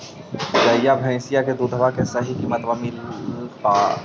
गईया भैसिया के दूधबा के सही किमतबा मिल पा?